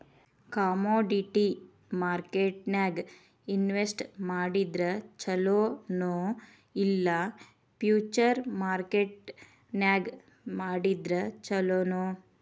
Commodity ಮಾರ್ಕೆಟ್ನ್ಯಾಗ್ invest ಮಾಡಿದ್ರ ಛೊಲೊ ನೊ ಇಲ್ಲಾ ಫ್ಯುಚರ್ ಮಾರ್ಕೆಟ್ ನ್ಯಾಗ್ ಮಾಡಿದ್ರ ಛಲೊನೊ?